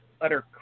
utter